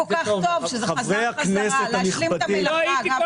שחלקם שייכים לימים של